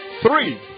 three